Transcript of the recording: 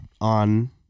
on